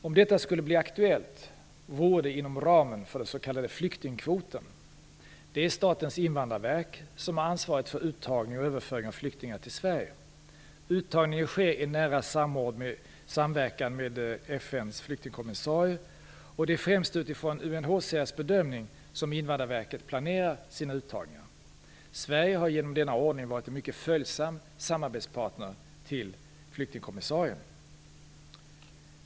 Om detta skulle bli aktuellt vore det inom ramen för den s.k. flyktingkvoten. Det är Statens invandrarverk som har ansvaret för uttagning och överföring av flyktingar till Sverige. Uttagningen sker i nära samverkan med FN:s flyktingkommissarie, och det är främst utifrån UNHCR:s bedömning som Invandrarverket planerar sina uttagningar. Sverige har genom denna ordning varit en mycket följsam samarbetspartner till flyktingkommissarien.